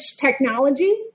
technology